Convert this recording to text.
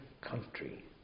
country